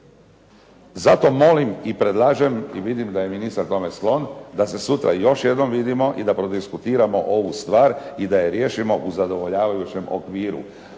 Zato molim i predlažem i vidim da je ministar tome sklon da se sutra još jednom vidimo i da prodiskutiramo ovu stvari i da je riješimo u zadovoljavajućem okviru.